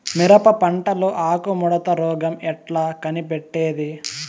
మిరప పంటలో ఆకు ముడత రోగం ఎట్లా కనిపెట్టేది?